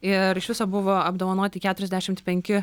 ir iš viso buvo apdovanoti keturiasdešimt penki